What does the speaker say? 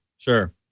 Sure